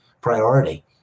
priority